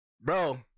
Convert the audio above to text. bro